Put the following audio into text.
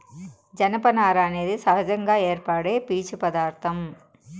జనపనార అనేది సహజంగా ఏర్పడే పీచు పదార్ధం